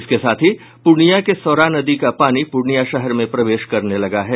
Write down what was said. इसके साथ ही पूर्णिया के सौरा नदी का पानी पूर्णिया शहर में प्रवेश करने लगा है